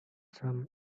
some